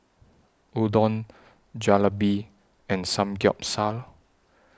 Udon Jalebi and Samgeyopsal